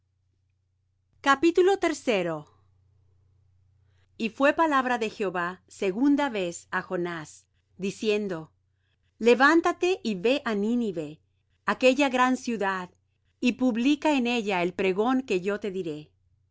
en tierra y fué palabra de jehová segunda vez á jonás diciendo levántate y ve á nínive aquella gran ciudad y publica en ella el pregón que yo te diré